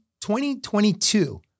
2022